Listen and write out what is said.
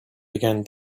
began